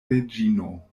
reĝino